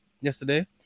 yesterday